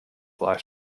life